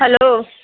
hello